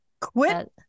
Quit